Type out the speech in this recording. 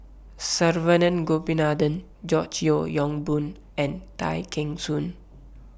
Saravanan Gopinathan George Yeo Yong Boon and Tay Kheng Soon